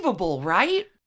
right